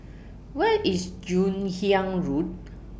Where IS Joon Hiang Road